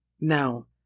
Now